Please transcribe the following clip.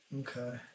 Okay